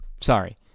sorry